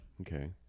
Okay